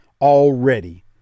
Already